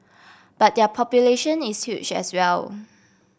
but their population is huge as well